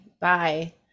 bye